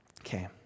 Okay